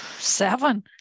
seven